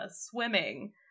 swimming